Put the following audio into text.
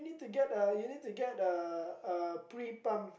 you need to get the you need to get the uh pre pump